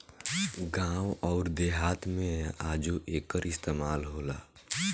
गावं अउर देहात मे आजो एकर इस्तमाल होला